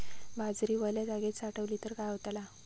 बाजरी वल्या जागेत साठवली तर काय होताला?